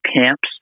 camps